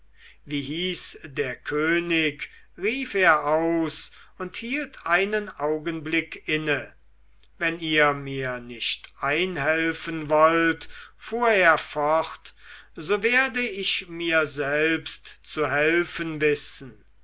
wie hieß der könig rief er aus und hielt einen augenblick inne wenn ihr mir nicht einhelfen wollt fuhr er fort so werde ich mir selbst zu helfen wissen